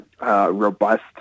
robust